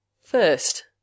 First